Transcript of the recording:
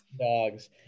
Dogs